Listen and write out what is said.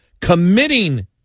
committing